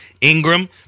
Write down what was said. Ingram